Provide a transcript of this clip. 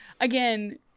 again